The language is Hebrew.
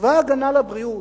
צבא ההגנה לבריאות,